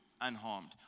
unharmed